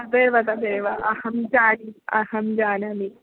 तदेव तदेव अहं जानन् अहं जानामि